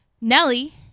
nelly